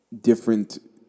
different